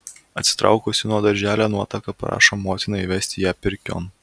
atsitraukusi nuo darželio nuotaka prašo motiną įvesti ją pirkion